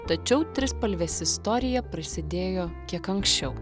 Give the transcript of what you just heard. tačiau trispalvės istorija prasidėjo kiek anksčiau